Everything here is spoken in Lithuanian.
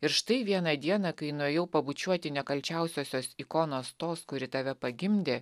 ir štai vieną dieną kai nuėjau pabučiuoti nekalčiausiosios ikonos tos kuri tave pagimdė